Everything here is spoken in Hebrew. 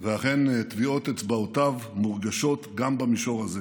ואכן, טביעות אצבעותיו מורגשות גם במישור הזה.